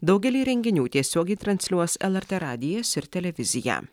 daugelį renginių tiesiogiai transliuos lrt radijas ir televizija